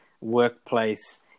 workplace